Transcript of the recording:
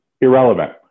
Irrelevant